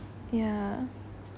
ya